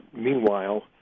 meanwhile